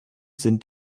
sind